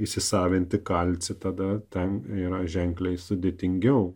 įsisavinti kalcį tada tam yra ženkliai sudėtingiau